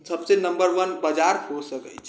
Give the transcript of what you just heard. सबसँ number one बाजार हो सकै छै